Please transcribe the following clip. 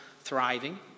thriving